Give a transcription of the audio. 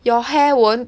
your hair won't